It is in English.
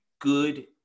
good